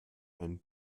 einen